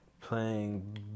playing